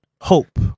hope